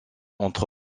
entre